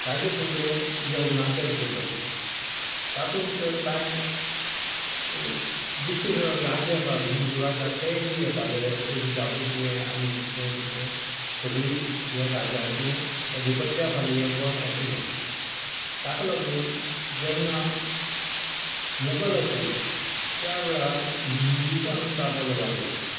ताजे पयलें येवनाचें आशिल्लें तातूंत भितर कांय दुसरे राजा आसात हिंदू राजा तेंय बी येताले अशें बिजापूरचे आनी खंयचे खंयचे सगळीं हे राजाचें अधिपत्या खाली हें गोंय आशिल्लें ताका लागून जेन्ना मुगल आशिल्ले त्या वेळार हिंदीचें हांगा प्राबल्य वाडलें